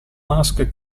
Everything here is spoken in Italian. musk